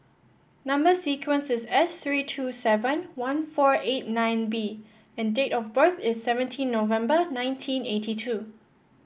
number sequence is S three two seven one four eight nine B and date of birth is seventeen November nineteen eighty two